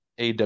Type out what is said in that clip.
AW